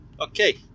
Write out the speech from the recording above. okay